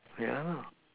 ya lah